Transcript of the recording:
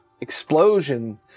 explosion